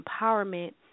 empowerment